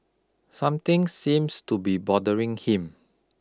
something seems to be bothering him